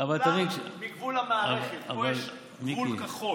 בדרום כולם בגבול המערכת, פה יש גבול כחול.